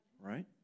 right